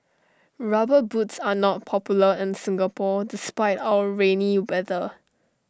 rubber boots are not popular in Singapore despite our rainy weather